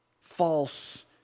false